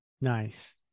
Nice